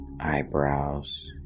eyebrows